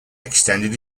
extended